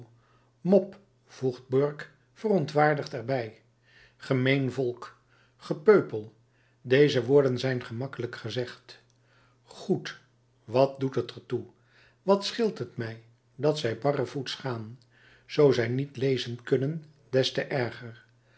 mob voegt burke verontwaardigd er bij gemeen volk gepeupel deze woorden zijn gemakkelijk gezegd goed wat doet het er toe wat scheelt het mij dat zij barrevoets gaan zoo zij niet lezen kunnen des te erger